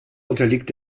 unterliegt